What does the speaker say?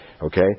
okay